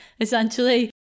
essentially